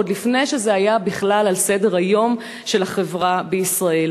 עוד לפני שזה היה בכלל על סדר-היום של החברה בישראל.